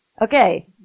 Okay